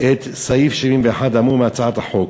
את סעיף 71 האמור מהצעת החוק,